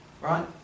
Right